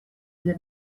для